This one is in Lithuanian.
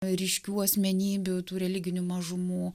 ryškių asmenybių tų religinių mažumų